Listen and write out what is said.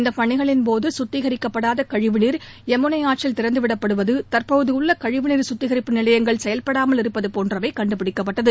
இந்த பணிகளின்போது சுத்திகரிக்கப்படாத கழிவு நீர் யமுளை ஆற்றில் திறந்து விடப்படுவது தற்போது உள்ள கழிவு நீர் குத்திகரிப்பு நிலையங்கள் செயல்படாமல் இருப்பது போன்றவை கண்டுபிடிக்கப்பட்டது